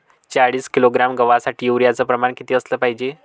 चाळीस किलोग्रॅम गवासाठी यूरिया च प्रमान किती असलं पायजे?